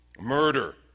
murder